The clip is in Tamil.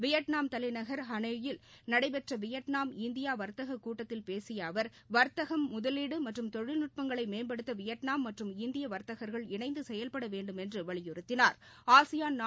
வியட்நாம் தலைநகர் வறனோயில் நடைபெற்றவியட்நாம் இந்தியாவாத்தககூட்டத்தில் பேசியஅவா் வர்த்தகம் முதலீடுமற்றும் தொழில்நுட்பங்களைமேம்படுத்தவியட்நாம் மற்றும் இந்தியவர்த்தகர்கள் இணைந்துசெயல்படவேண்டுமென்றுவலியுறுத்தினாா்